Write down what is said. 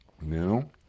No